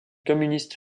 communiste